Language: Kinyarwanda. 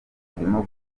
turimo